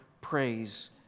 praise